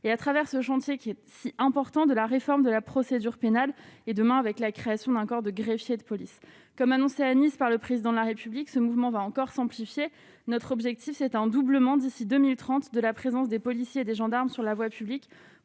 et à travers ce chantier qui est important de la réforme de la procédure pénale et demain, avec la création d'un corps de greffiers, de police, comme annoncé à Nice par le président de la République, ce mouvement va encore s'amplifier, notre objectif c'est un doublement d'ici 2030, de la présence des policiers et des gendarmes sur la voie publique